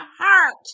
heart